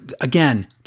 Again